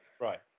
Right